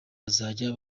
bazajya